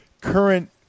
current